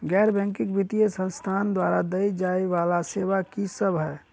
गैर बैंकिंग वित्तीय संस्थान द्वारा देय जाए वला सेवा की सब है?